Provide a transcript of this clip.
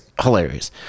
hilarious